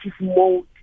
mode